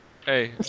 Hey